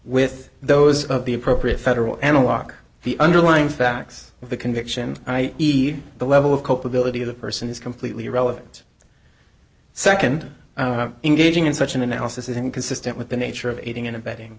with those of the appropriate federal analog the underlying facts of the conviction i e the level of culpability of the person is completely irrelevant nd engaging in such an analysis is inconsistent with the nature of aiding and abetting